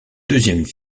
deuxième